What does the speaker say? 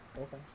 Okay